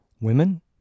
women